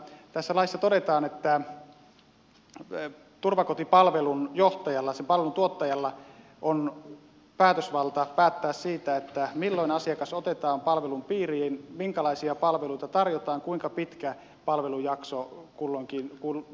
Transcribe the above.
tässä laissa todetaan että turvakotipalvelun johtajalla sen palvelun tuottajalla on päätösvalta päättää siitä milloin asiakas otetaan palvelun piiriin minkälaisia palveluita tarjotaan kuinka pitkä palvelujakso kulloinkin tarvitaan asiakkaalle